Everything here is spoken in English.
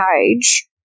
page